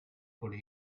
could